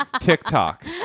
TikTok